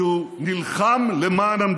אני